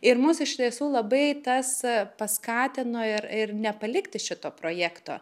ir mus iš tiesų labai tas paskatino ir ir nepalikti šito projekto